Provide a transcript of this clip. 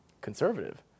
conservative